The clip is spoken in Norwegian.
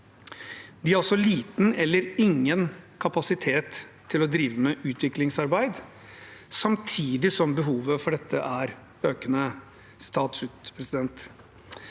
De har også liten eller ingen kapasitet til å drive med utviklingsarbeid, samtidig som behovet for dette er økende.»